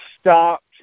stopped